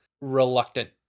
reluctant